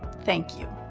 thank you.